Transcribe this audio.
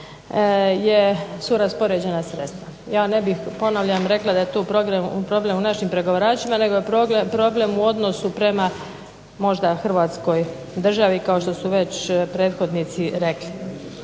su raspoređena sredstva. Ja ne bih, ponavljam, rekla da je tu problem u našim pregovaračima nego je problem u odnosu prema možda Hrvatskoj državi kao što su već prethodnici rekli.